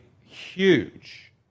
huge